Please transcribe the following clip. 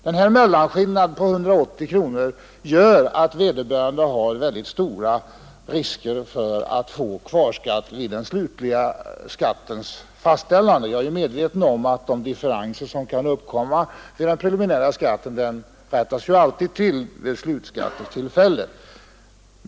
Denna mellanskillnad på 180 kronor gör att vederbörande löper mycket stor risk att få kvarskatt vid den slutliga skattens fastställande. Jag är medveten om att de differenser som kan uppkomma vid det preliminära skatteavdraget alltid rättas till vid beräkningen av den slutliga skatten.